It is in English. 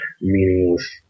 meaningless